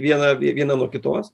vieną vi vieną nuo kitos